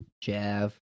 Jav